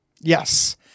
Yes